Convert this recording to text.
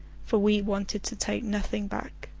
for we wanted to take nothing back,